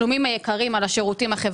אז כוח הקנייה של זה שמקבל שכר מינימום בהכרח